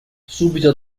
subito